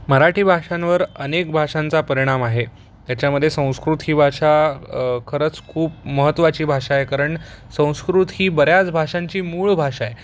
मराठी भाषांवर अनेक भाषांचा परिणाम आहे त्याच्यामध्ये संस्कृत ही भाषा खरंच खूप महत्त्वाची भाषा कारण संस्कृत ही बऱ्याच भाषांची मूळ भाषाय